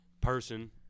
person